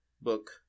book